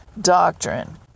doctrine